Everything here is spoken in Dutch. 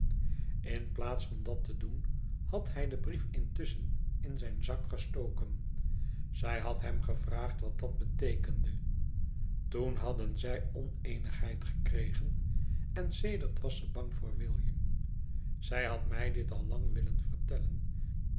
in plaats van dat te doen had hij den brief intusschen in zijn zak gestoken zij had hem gevraagd wat dat beteekende toen hadden zij oneenigheid gekregen en sedert was ze bang voor william zij had mij dit al lang willen vertellen